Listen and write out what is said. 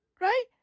Right